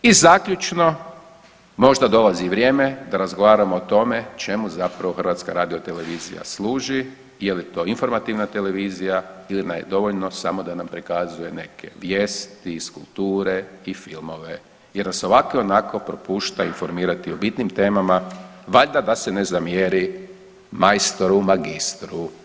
I zaključno, možda dolazi vrijeme da razgovaramo o tome čemu zapravo HRT služi, je li to informativna televizija ili nam je dovoljno samo da nam prikazuje neke vijesti iz kulture i filmove jer nas i ovako i onako propušta informirati o bitnim temama, valjda da se ne zamjeri majstoru magistru.